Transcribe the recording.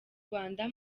rwanda